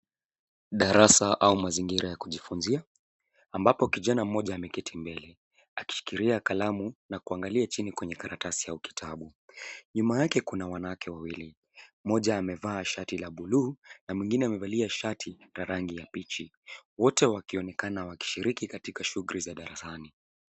Darasa au mazingira ya kujifunzia ambapo kijana mmoja ameketi mbele akishikilia kalamu na kuangalia chini kwenye karatasi au kitabu. Nyuma yake kuna wanawake wawili mmoja amevaa shati la buluu na mweingine amevalia shati la rangi ya bichi wote wakionekana wakishiriki katika shuguli za darasani.